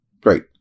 Great